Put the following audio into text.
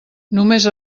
només